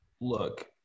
look